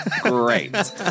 great